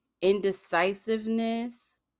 indecisiveness